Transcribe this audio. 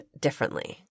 differently